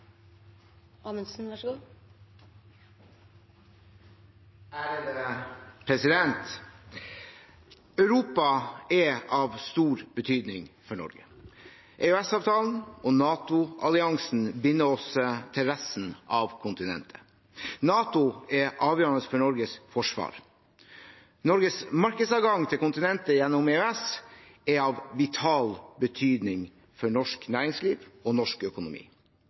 av stor betydning for Norge. EØS-avtalen og NATO-alliansen binder oss til resten av kontinentet. NATO er avgjørende for Norges forsvar. Norges markedsadgang til kontinentet gjennom EØS er av vital betydning for norsk næringsliv og norsk økonomi.